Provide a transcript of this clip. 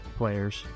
players